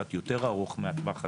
קצת יותר ארוך מהטווח הקצר,